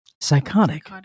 Psychotic